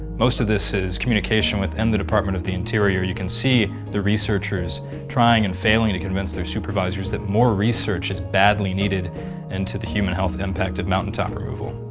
most of this is communication within the department of the interior. you can see the researchers trying and failing to convince their supervisors that more research is badly needed into the human health impact of mountaintop removal.